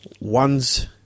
one's